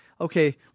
okay